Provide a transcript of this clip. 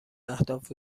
اهداف